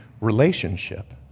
relationship